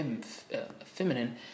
feminine